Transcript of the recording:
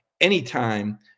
Anytime